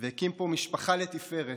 והקים פה משפחה לתפארת.